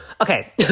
Okay